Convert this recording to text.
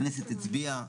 הכנסת הצביעה,